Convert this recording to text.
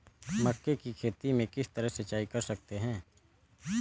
मक्के की खेती में किस तरह सिंचाई कर सकते हैं?